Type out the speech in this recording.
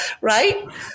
right